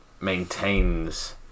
maintains